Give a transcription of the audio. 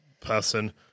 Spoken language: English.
person